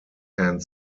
hand